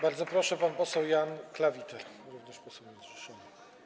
Bardzo proszę, pan poseł Jan Klawiter, również poseł niezrzeszony.